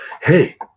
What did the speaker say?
hey